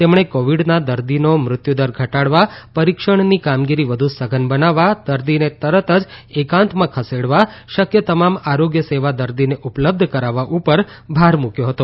તેમણે કોવીડના દર્દીનો મૃત્યુદર ઘટાડવા પરીક્ષણની કામગીરી વધુ સઘન બનાવવા દર્દીને તરત જ એકાંતમાં ખસેડવા શકય તમામ આરોગ્ય સેવા દર્દીને ઉપલબ્ધ કરાવવા ઉપર ભાર મુકથો હતો